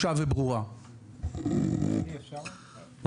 יש בעיה לעשות את הדבר הזה.